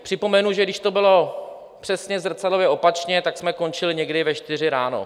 Připomenu, že když to bylo přesně zrcadlově opačně, tak jsme končili někdy ve čtyři ráno.